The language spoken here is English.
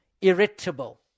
irritable